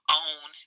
own